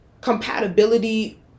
compatibility